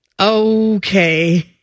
Okay